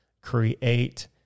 create